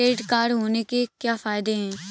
Credit card होने के क्या फायदे हैं?